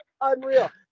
Unreal